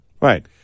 right